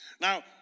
Now